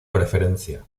preferencia